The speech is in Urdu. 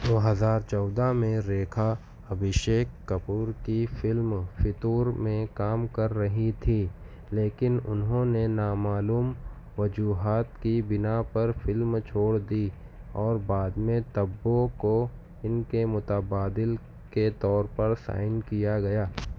دو ہزار چودہ میں ریکھا ابھیشیک کپور کی فلم فتور میں کام کر رہی تھیں لیکن انہوں نے نامعلوم وجوہات کی بنا پر فلم چھوڑ دی اور بعد میں تبّو کو ان کے متبادل کے طور پر سائن کیا گیا